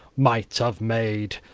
might of maid,